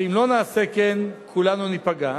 שאם לא נעשה כן, כולנו ניפגע.